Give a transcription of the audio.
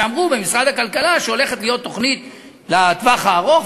ואמרו במשרד הכלכלה שהולכת להיות תוכנית לטווח ארוך.